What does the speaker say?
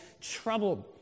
troubled